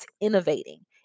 innovating